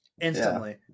Instantly